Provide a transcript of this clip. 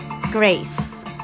grace